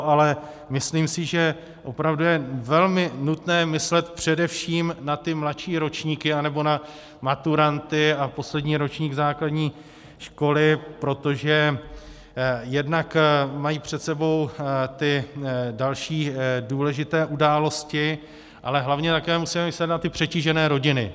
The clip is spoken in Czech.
Ale myslím si, že opravdu je velmi nutné myslet především na ty mladší ročníky, nebo na maturanty a poslední ročník základní školy, protože jednak mají před sebou ty další důležité události, ale hlavně také musíme myslet na ty přetížené rodiny.